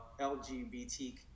LGBT